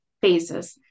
phases